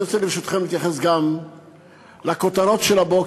אני רוצה, ברשותכם, להתייחס גם לכותרות של הבוקר.